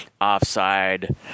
offside